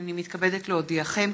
הינני מתכבדת להודיעכם,